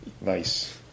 Nice